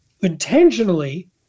Intentionally